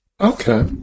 Okay